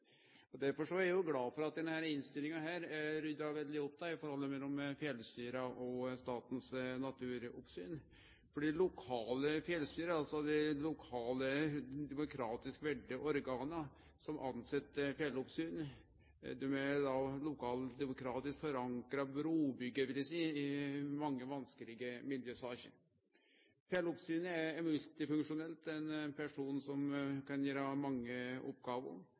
vernet. Derfor er eg glad for at denne innstillinga ryddar opp i forholdet mellom fjellstyra og Statens naturoppsyn. For dei lokale fjellstyra, altså dei lokale demokratisk valde organa som tilset fjelloppsyn, er lokaldemokratisk forankra brubyggjarar, vil eg seie, i mange vanskelege miljøsaker. Fjelloppsynet er multifunksjonelt. Det er personar som kan gjere mange oppgåver.